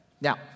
Now